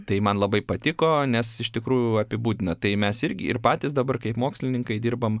tai man labai patiko nes iš tikrųjų apibūdina tai mes irgi ir patys dabar kaip mokslininkai dirbam